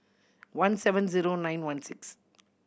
one seven zero nine one six